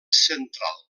central